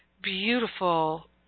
beautiful